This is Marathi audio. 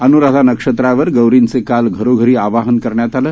अनुराधा नक्षत्रावर गौरींचे काल घरोघरी आवाहन करण्यात आले